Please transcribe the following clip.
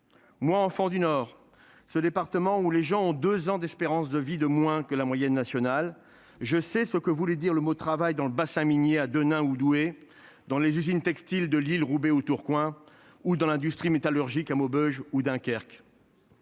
Moi enfant du Nord ce département où les gens ont 2 ans d'espérance de vie de moins que la moyenne nationale. Je sais ce que voulait dire le mot travail dans le bassin minier à Denain où doués dans les usines textiles de Lille, Roubaix ou Tourcoing ou dans l'industrie métallurgique à Maubeuge ou Dunkerque.